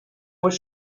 was